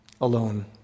alone